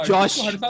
Josh